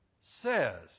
says